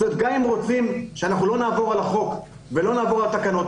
גם אם רוצים שלא נעבור על החוק ולא נעבור על התקנות,